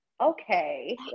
okay